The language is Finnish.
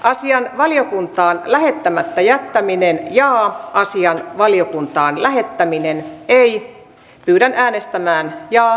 asian valiokuntaan lähettämättä jättäminen ja asian valiokuntaan lähettäminen teki yhden antamiseksi valtioneuvostolle